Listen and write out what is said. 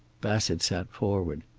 bassett sat forward.